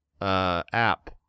app